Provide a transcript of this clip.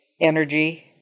energy